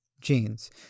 genes